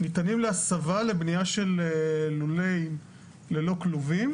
ניתנים להסבה לבנייה של לולי ללא כלובים,